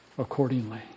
accordingly